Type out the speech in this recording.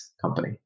company